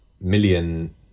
million